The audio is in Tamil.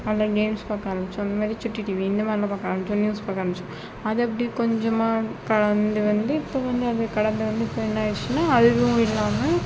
அதில் கேம்ஸ் பார்க்க ஆரம்பித்தோம் இந்த மாதிரி சுட்டி டிவி இந்தமாதிரிலாம் பார்க்க ஆரம்பித்தோம் நியூஸ் பார்க்க ஆரம்பித்தோம் அதை அப்படி கொஞ்சமாக கலந்து வந்து இப்ப கொஞ்சம் கலந்து வந்து இப்போ என்னா ஆயிடுச்சுன்னா அதுவும் இல்லைமா